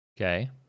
Okay